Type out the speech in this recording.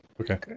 Okay